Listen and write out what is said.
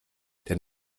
denn